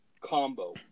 combo